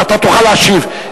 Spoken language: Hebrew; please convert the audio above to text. אתה תוכל להשיב.